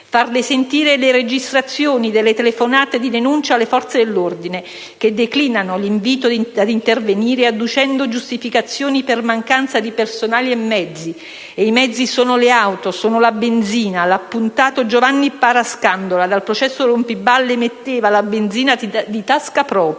farle sentire le registrazioni delle telefonate di denuncia alle forze dell'ordine, che declinano l'invito ad intervenire adducendo giustificazioni come la mancanza di personale e mezzi (auto e benzina). L'appuntato Giovanni Parascandola, come emerso dal processo «Rompiballe», metteva la benzina di tasca propria